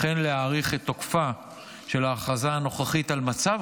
וכן להאריך את תוקפה של ההכרזה הנוכחית על מצב